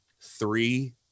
three